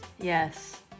Yes